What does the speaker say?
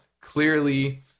clearly